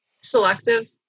Selective